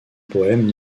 poèmes